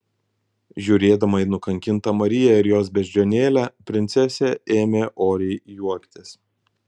žiūrėdama į nukankintą mariją ir jos beždžionėlę princesė ėmė oriai juoktis